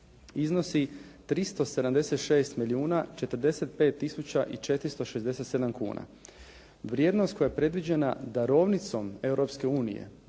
iznosi 376 milijuna 45 tisuća i 467 kuna. Vrijednost koja je predviđena Darovnicom